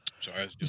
Sorry